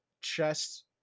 chest